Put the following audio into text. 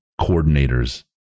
coordinators